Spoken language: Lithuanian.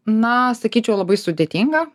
na sakyčiau labai sudėtinga